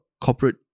corporate